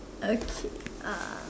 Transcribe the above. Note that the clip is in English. okay uh